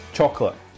Chocolate